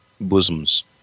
bosoms